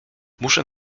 muszę